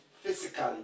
physically